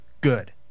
good